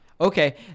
Okay